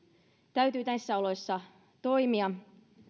täytyy näissä oloissa toimia